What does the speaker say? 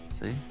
See